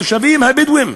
התושבים הבדואים?